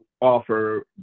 offer